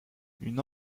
une